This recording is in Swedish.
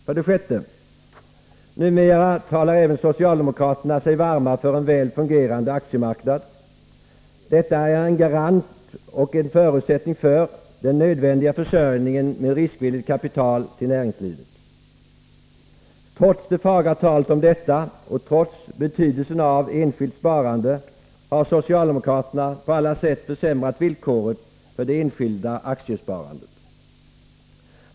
För det sjätte: Numera talar även socialdemokraterna sig varma för en väl fungerande aktiemarknad, det är en garanti och en förutsättning för den nödvändiga försörjningen med riskvilligt kapital till näringslivet. Trots det fagra talet om detta och trots betydelsen av enskilt sparande har socialdemokraterna på alla sätt försämrat villkoren för det enskilda aktiesparandet.